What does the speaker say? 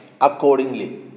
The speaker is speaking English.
accordingly